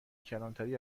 کلانتری